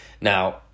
Now